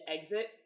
exit